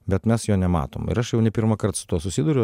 bet mes jo nematom ir aš jau ne pirmąkart su tuo susiduriu